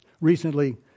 recently